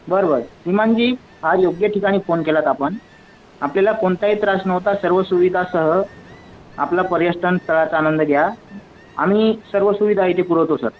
बरं बरं श्रीमानजी फार योग्य ठिकाणी फोन केलात आपण आपल्याला कोणताही त्रास नव्हता सर्व सुविधासह आपला पर्यटनस्थळाचा आनंद घ्या आम्ही सर्व सुविधा इथे पुरवतो सर